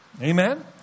Amen